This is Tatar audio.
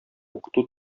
укыту